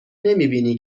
نمیبینی